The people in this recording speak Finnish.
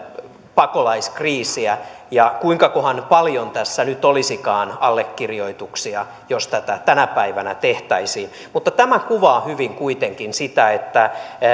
pakolaiskriisiä kuinkakohan paljon tässä nyt olisikaan allekirjoituksia jos tätä tänä päivänä tehtäisiin mutta tämä kuvaa hyvin kuitenkin sitä että